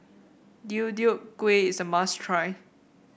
Deodeok Gui is a must try